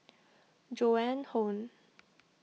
Joan Hon